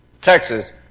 Texas